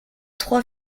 trois